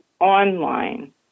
online